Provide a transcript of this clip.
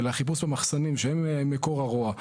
אלא חיפוש במחסנים, שהם מקור הרוע.